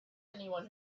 anyone